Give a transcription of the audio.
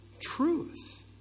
truth